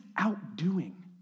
outdoing